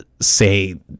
say